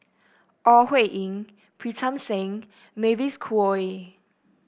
Ore Huiying Pritam Singh Mavis Khoo Oei